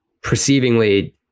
perceivingly